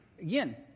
Again